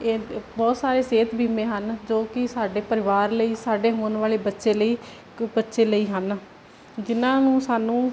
ਏ ਬਹੁਤ ਸਾਰੇ ਸਿਹਤ ਬੀਮੇ ਹਨ ਜੋ ਕਿ ਸਾਡੇ ਪਰਿਵਾਰ ਲਈ ਸਾਡੇ ਹੋਣ ਵਾਲੇ ਬੱਚੇ ਲਈ ਬੱਚੇ ਲਈ ਹਨ ਜਿਹਨਾਂ ਨੂੰ ਸਾਨੂੰ